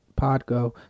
Podgo